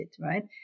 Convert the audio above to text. right